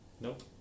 Nope